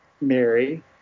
Mary